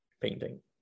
painting